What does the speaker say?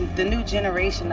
the new generation